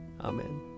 Amen